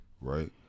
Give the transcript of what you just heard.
right